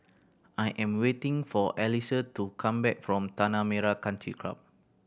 I am waiting for Elisa to come back from Tanah Merah Country Club